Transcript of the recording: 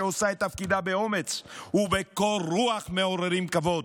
שעושה את תפקידה באומץ ובקור רוח מעוררים כבוד.